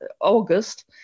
August